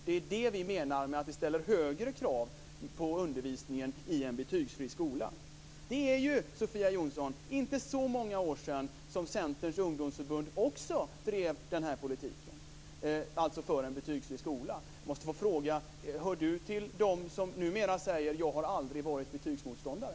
Det är det vi menar med att vi ställer högre krav på undervisningen i en betygsfri skola. Det är, Sofia Jonsson, inte så många år sedan som Centerns ungdomsförbund också drev politiken för en betygsfri skola. Hör Sofia Jonsson till dem som numera säger: Jag har aldrig varit betygsmotståndare?